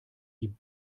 die